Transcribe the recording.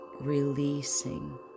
releasing